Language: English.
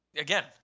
Again